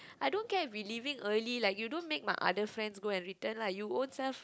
I don't get we leaving early like you don't make my other friends go and return lah you ourselves